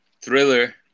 Thriller